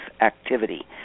activity